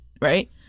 right